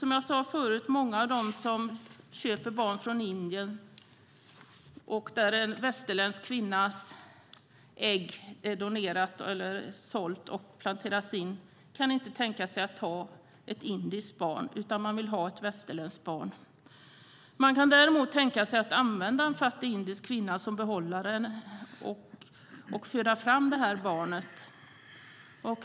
Som jag sade förut kan många av dem som köper barn från Indien, där en västerländsk kvinnas ägg har donerats eller sålts och planterats in, inte tänka sig att ta ett indiskt barn. Man vill ha ett västerländskt barn. Man kan däremot tänka sig att använda en fattig indisk kvinna som en behållare som föder fram det här barnet.